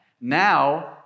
Now